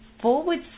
forward